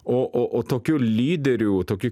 o o o tokių lyderių tokių